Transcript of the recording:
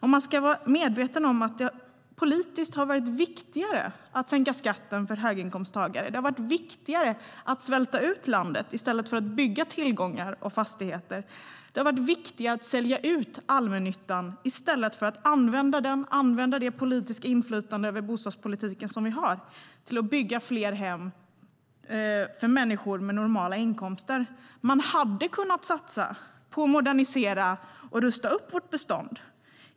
Man ska vara medveten om att det politiskt har varit viktigare att sänka skatten för höginkomsttagare. Det har varit viktigare att svälta ut landet i stället för att bygga tillgångar och fastigheter. Det har varit viktigare att sälja ut allmännyttan i stället för att använda den och använda det politiska inflytande över bostadspolitiken vi har till att bygga fler hem för människor med normala inkomster. Man hade kunnat satsa på att modernisera och rusta upp vårt bestånd.